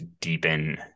deepen